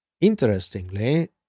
Interestingly